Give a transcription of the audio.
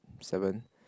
seven